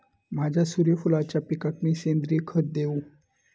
माझ्या सूर्यफुलाच्या पिकाक मी सेंद्रिय खत देवू?